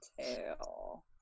tail